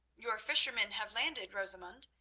your fishermen have landed, rosamund,